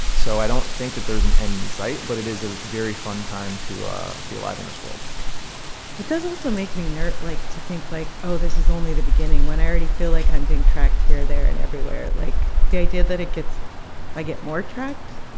so i don't think that there's an end in sight, but it is a very fun time to be alive in this world it does also make me like, to think, like, oh this is only the beginning, when i already feel like i'm being tracked here, there and everywhere. like, the idea that it gets i get more tracked,